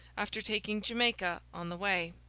after taking jamaica on the way.